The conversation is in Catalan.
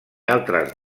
altres